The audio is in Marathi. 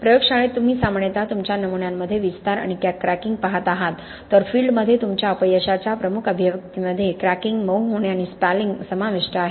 प्रयोगशाळेत तुम्ही सामान्यत तुमच्या नमुन्यांमध्ये विस्तार आणि क्रॅकिंग पाहत आहात तर फील्डमध्ये तुमच्या अपयशाच्या प्रमुख अभिव्यक्तींमध्ये क्रॅकिंग मऊ होणे आणि स्पॅलिंग समाविष्ट आहे